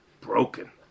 broken